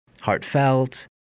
heartfelt